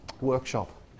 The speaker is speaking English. workshop